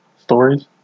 Stories